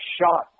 shot